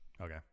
Okay